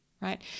right